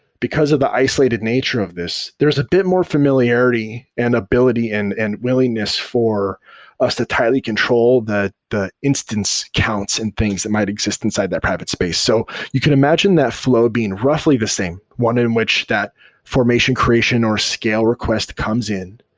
because of the isolated nature of this, there's a bit more familiarity and ability and willingness for us to tightly control the instance, counts and things that might exist inside that private space. so you can imagine that flow being roughly the same, one in which that formation creation or scale request comes in,